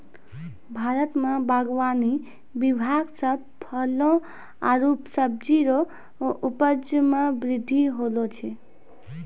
भारत मे बागवानी विभाग से फलो आरु सब्जी रो उपज मे बृद्धि होलो छै